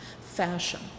fashion